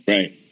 Right